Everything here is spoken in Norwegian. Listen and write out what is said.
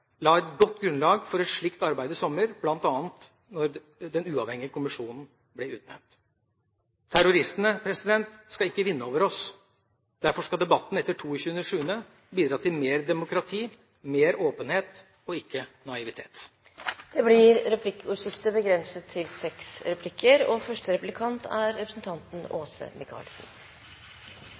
la et godt grunnlag for et slikt arbeid i sommer, bl.a. da den uavhengige kommisjonen ble utnevnt. Terroristene skal ikke vinne over oss. Derfor skal debatten etter 22. juli bidra til mer demokrati, mer åpenhet og ikke naivitet. Det blir replikkordskifte. Vi har jo alle fulgt utviklingen fra dag til